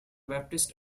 baptist